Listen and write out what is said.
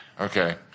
Okay